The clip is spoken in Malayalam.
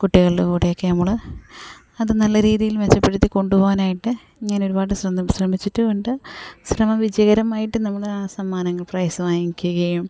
കുട്ടികളുടെ കൂടെയൊക്കെ നമ്മൾ അത് നല്ല രീതിയിൽ മെച്ചപ്പെടുത്തി കൊണ്ടുപോകാനായിട്ട് ഞാനൊരുപാട് ശ്രമിച്ചിട്ടുമുണ്ട് ശ്രമം വിജയകരമായിട്ട് നമ്മുടെ ആ സമ്മാനങ്ങൾ പ്രൈസ് വാങ്ങിക്കുകയും